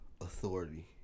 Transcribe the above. Authority